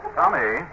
Tommy